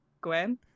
Gwen